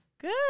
Good